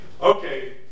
Okay